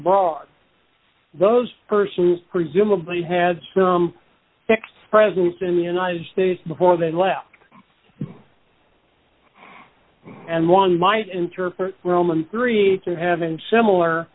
abroad those persons presumably had some presence in the united states before they left and one might interpret roman three to having similar